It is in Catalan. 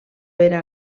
era